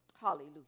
hallelujah